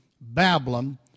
Babylon